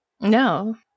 No